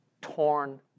torn